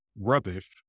rubbish